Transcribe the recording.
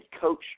coach